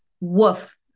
woof